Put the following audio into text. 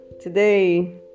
today